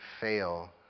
fail